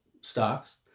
stocks